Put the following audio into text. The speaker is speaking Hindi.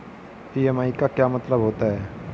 ई.एम.आई का क्या मतलब होता है?